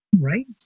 right